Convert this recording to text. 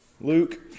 Luke